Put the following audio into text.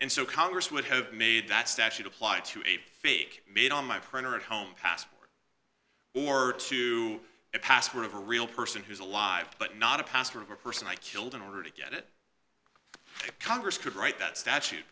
and so congress would have made that statute applied to a fake made on my printer at home pass or to a password of a real person who's alive but not a passport of a person i killed in order to get it congress could write that statute